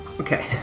Okay